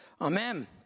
Amen